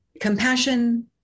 Compassion